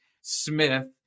Smith